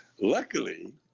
Luckily